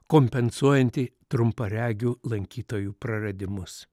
kompensuojantį trumparegių lankytojų praradimus